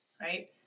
right